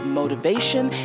motivation